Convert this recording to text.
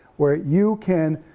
where you can,